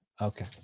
Okay